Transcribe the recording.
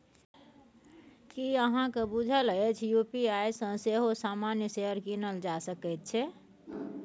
की अहाँक बुझल अछि यू.पी.आई सँ सेहो सामान्य शेयर कीनल जा सकैत छै?